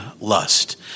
lust